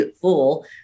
fool